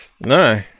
No